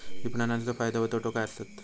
विपणाचो फायदो व तोटो काय आसत?